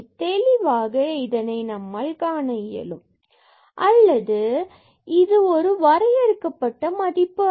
தெளிவாக நம்மால் இதனை காண இயலும் இது ஒரு வரையறுக்கப்பட்ட மதிப்பு அல்ல